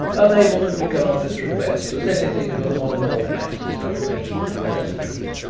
unable to regard this request as anything but one of old max's unquenchable pleasantries,